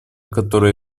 которой